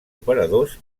operadors